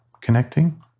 Connecting